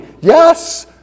Yes